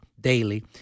daily